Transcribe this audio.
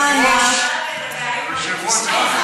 אדוני, חברת הכנסת